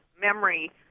memory